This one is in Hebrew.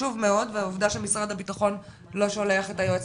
חשוב מאוד ועובדה שמשרד הבטחון לא שולח את היועמ"ש